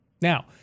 Now